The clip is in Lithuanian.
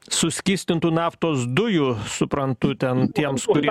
suskystintų naftos dujų suprantu ten tiems kurie